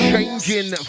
Changing